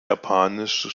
japanisch